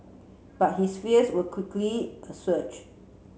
but his fears were quickly assuaged